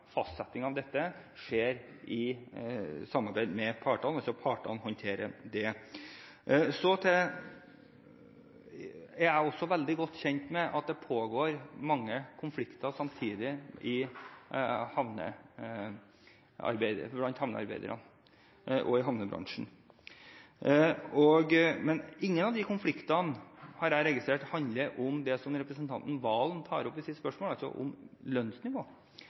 fastsetting av dette skjer i samarbeid med partene – partene håndterer det. Jeg er veldig godt kjent med at det pågår mange konflikter samtidig blant havnearbeiderne og i havnebransjen. Men ingen av de konfliktene, har jeg registrert, handler om det som representanten Serigstad Valen tar opp i sitt spørsmål, om lønnsnivå. Jeg vil også understreke at i helgen ble partene enige om